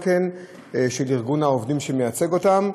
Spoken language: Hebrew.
של ארגון העובדים שמייצג אותם,